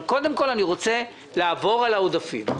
אבל קודם כול אני רוצה לעבור על העודפים.